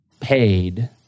paid